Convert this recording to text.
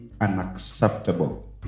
unacceptable